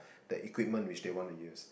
the equipment which they want to use